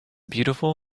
beautiful